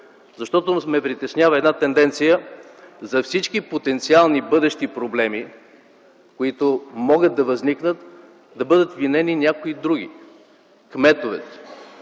въпрос. Притеснява ме една тенденция за всички потенциални, бъдещи проблеми, които могат да възникнат, да бъдат винени някои други кметове,